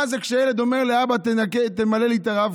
זה כשילד אומר לאבא: תמלא לי את הרב-קו.